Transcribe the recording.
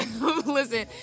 Listen